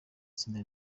itsinda